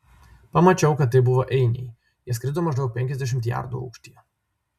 pamačiau kad tai buvo einiai jie skrido maždaug penkiasdešimt jardų aukštyje